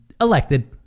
Elected